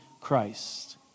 Christ